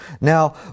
Now